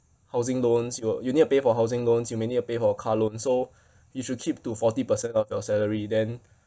housing loans you will you need to pay for housing loans you may need to pay for a car loan so you should keep to forty percent of your salary then